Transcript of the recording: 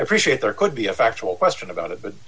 appreciate there could be a factual question about it but